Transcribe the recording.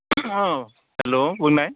औ हेल्ल' बुंनाय